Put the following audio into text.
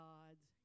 God's